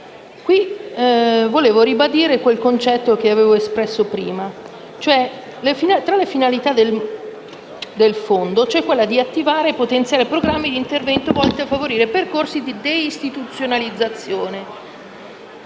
4.15 vorrei ribadire il concetto che avevo espresso prima. Tra le finalità del Fondo c'è quella di attivare e potenziare programmi di intervento volti a favorire percorsi di deistituzionalizzazione.